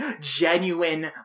genuine